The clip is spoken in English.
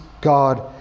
God